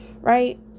right